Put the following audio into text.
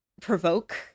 provoke